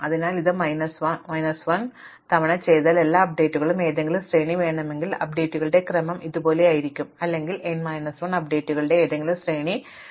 അതിനാൽ ഞങ്ങൾ ഇത് മൈനസ് 1 തവണ ചെയ്താൽ എനിക്ക് അപ്ഡേറ്റുകളുടെ ഏതെങ്കിലും ശ്രേണി വേണമെങ്കിൽ അപ്ഡേറ്റുകളുടെ ക്രമം ഇതുപോലെയായിരിക്കാമെന്നും അല്ലെങ്കിൽ n മൈനസ് 1 അപ്ഡേറ്റുകളുടെ ഏതെങ്കിലും ശ്രേണി നിയമപരമാണെന്നും കണ്ടെത്താം